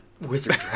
Wizard